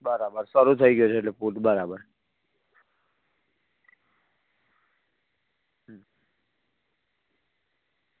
બરાબર શરૂ થઈ ગયો છે એટલે પૂલ બરાબર